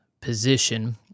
position